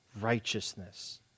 righteousness